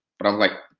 but i'm like,